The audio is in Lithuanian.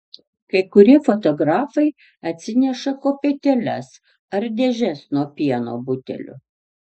kai kurie fotografai atsineša kopėtėles ar dėžes nuo pieno butelių